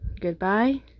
goodbye